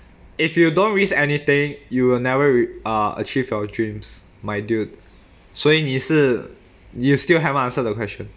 if you don't risk anything you will never re~ uh achieve your dreams my dude 所以你是 you still haven't answer the question